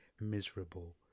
miserable